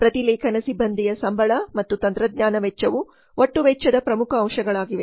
ಪ್ರತಿಲೇಖನ ಸಿಬ್ಬಂದಿಯ ಸಂಬಳ ಮತ್ತು ತಂತ್ರಜ್ಞಾನ ವೆಚ್ಚವು ಒಟ್ಟು ವೆಚ್ಚದ ಪ್ರಮುಖ ಅಂಶಗಳಾಗಿವೆ